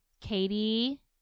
Katie